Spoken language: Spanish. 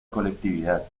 colectividad